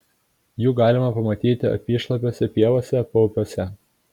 jų galima pamatyti apyšlapėse pievose paupiuose